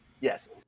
Yes